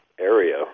area